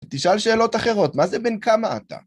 תשאל שאלות אחרות, מה זה בן כמה אתה?